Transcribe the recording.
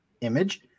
image